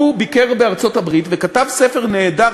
הוא ביקר בארצות-הברית וכתב ספר נהדר,